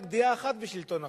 רק דעה אחת בשלטון החוק.